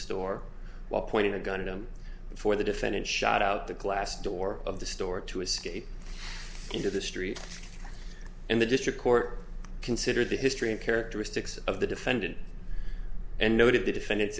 store while pointing a gun at them before the defendant shot out the glass door of the store to escape into the street and the district court considered the history and characteristics of the defendant and noted the defendant